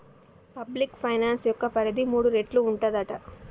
public finance యొక్క పరిధి మూడు రేట్లు ఉంటదట